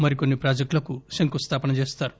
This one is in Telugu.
మరి కొన్ని ప్రాజెక్టులకు శంకుస్థాపన చేస్తారు